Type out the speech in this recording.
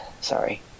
Sorry